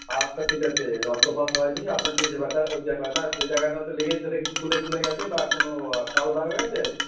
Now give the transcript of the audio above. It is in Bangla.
আচ্ছা ঠিক আছে রক্তপাত হয়নি আপনার যে ব্যথা যে ব্যথা যে জায়গাটাতে লেগেছে সেটা কি ফুলে টুলে গেছে বা কোনো কালো দাগ হয়ে গেছে